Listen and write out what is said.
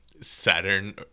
Saturn